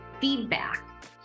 feedback